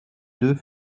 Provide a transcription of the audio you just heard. deux